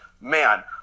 man